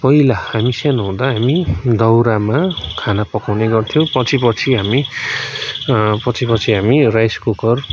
पहिला हामी सानो हुँदा हामी दाउरामा खाना पकाउने गर्थ्यौँ पछि पछि हामी पछि पछि हामी राइस कुकर